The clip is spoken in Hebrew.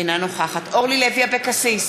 אינה נוכחת אורלי לוי אבקסיס,